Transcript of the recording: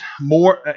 more